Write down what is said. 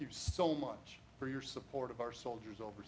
you so much for your support of our soldiers over